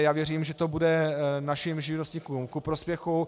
Já věřím, že to bude našim živnostníkům ku prospěchu.